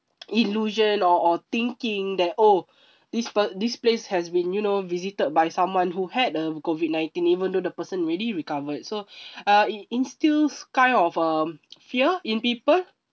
illusion or or thinking that oh this per~ this place has been you know visited by someone who had a COVID nineteen even though the person already recovered so uh it instills kind of a fear in people